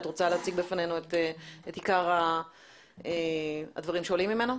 את רוצה להציג בפנינו את עיקר הדברים שעולים ממנו?